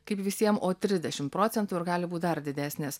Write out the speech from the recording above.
kaip visiem o trisdešimt procentų ir gali būt dar didesnis